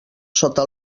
sota